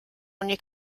ogni